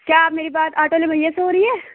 کیا آپ میری بات آٹو والے بھیا سے ہو رہی ہے